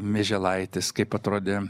mieželaitis kaip atrodė